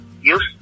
use